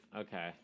Okay